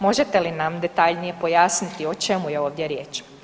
Možete li nam detaljnije pojasniti o čemu je ovdje riječ.